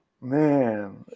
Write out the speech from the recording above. Man